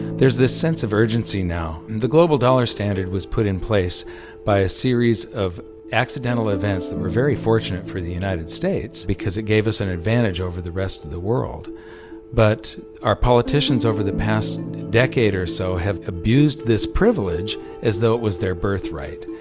there's this sense of urgency now. the global dollar standard was put in place by a series of accidental events that were very fortunate for the united states because it gave us an advantage over the rest of the world but our politicians over the past decade or so have abused this privilege as though it was their birthright,